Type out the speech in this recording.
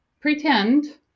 pretend